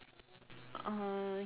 uh